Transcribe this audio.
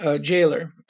jailer